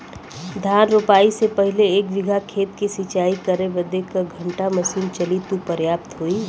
धान रोपाई से पहिले एक बिघा खेत के सिंचाई करे बदे क घंटा मशीन चली तू पर्याप्त होई?